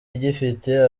igifite